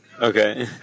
okay